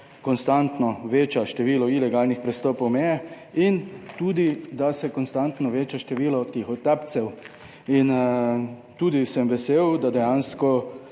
konstantno veča število ilegalnih prestopov meje in tudi, da se konstantno veča število tihotapcev. In tudi sem vesel, da dejansko